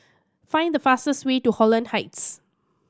find the fastest way to Holland Heights